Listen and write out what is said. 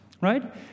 right